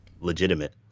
legitimate